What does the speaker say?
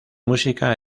música